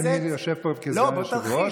כי אני יושב פה כסגן יושב-ראש.